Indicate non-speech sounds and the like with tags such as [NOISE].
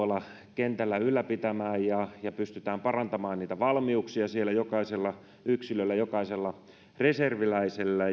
kentällä ylläpitämään ja ja pystytään parantamaan valmiuksia siellä jokaisella yksilöllä jokaisella reserviläisellä [UNINTELLIGIBLE]